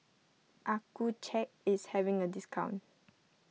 Accucheck is having a discount